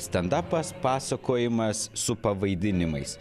stand upas pasakojimas su pavaidinimais